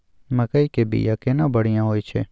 मकई के बीया केना बढ़िया होय छै?